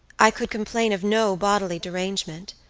i could complain of no bodily derangement.